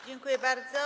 Dziękuję bardzo.